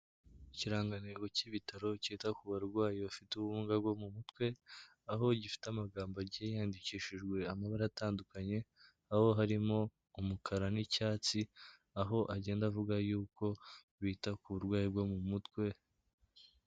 Ikirangantego cy'ibitaro kita ku barwayi bafite ubumuga bwo mu mutwe aho gifite amagambo agiye yandikishijwe amabara atandukanye aho harimo umukara n'icyatsi aho agenda avuga yuko bita ku burwayi bwo mu mutwe.